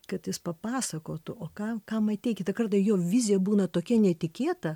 kad jis papasakotų o ką ką matei kitą kartą jo vizija būna tokia netikėta